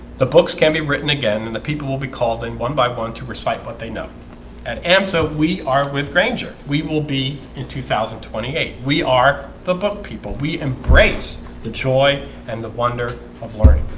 the books can be written again and people will be called in one by one to recite what they know and am so we are with grainger we will be in two thousand and twenty eight. we are the book people we embrace the joy and the wonder of learning